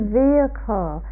vehicle